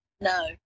No